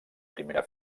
primera